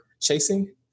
chasing